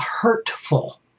hurtful